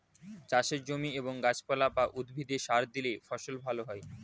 চাষের জমি এবং গাছপালা বা উদ্ভিদে সার দিলে ফসল ভালো হয়